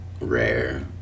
rare